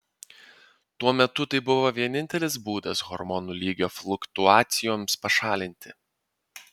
tuo metu tai buvo vienintelis būdas hormonų lygio fliuktuacijoms pašalinti